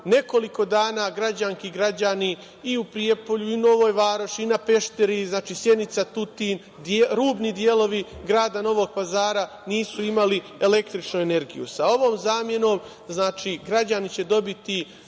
nekoliko dana građanke i građani i u Prijepolju i Novoj Varoši i na Pešteru, Sjenica, Tutin, rudni delovi grada Novog Pazara nisu imali električnu energiju. Sa ovom zamenom građani će dobiti